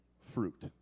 fruit